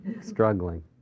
struggling